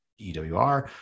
EWR